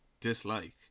dislike